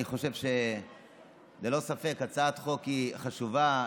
אני חושב שללא ספק הצעת החוק היא חשובה,